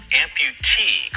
amputee